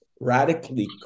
radically